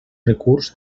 recurs